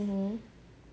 mmhmm